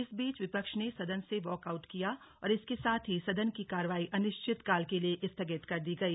इस बीच विपक्ष ने सदन से वाकआउट किया और इसके साथ ही सदन की कार्रवाई अनिश्चितकाल के लिए स्थगित कर दी गई